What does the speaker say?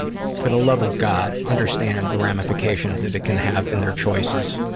for the love of god, understand the ramefications it it can have in their choices.